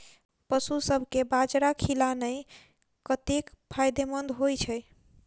पशुसभ केँ बाजरा खिलानै कतेक फायदेमंद होइ छै?